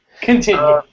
Continue